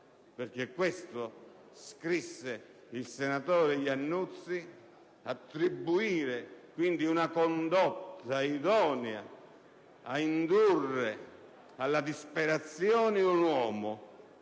(perché questo scrisse il senatore Iannuzzi), attribuendogli quindi una condotta idonea ad indurre alla disperazione un uomo